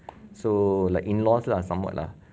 so like in loss lah somewhat lah